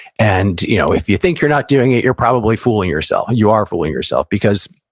and, you know if you think you're not doing it, you're probably fooling yourself, you are fooling yourself. because,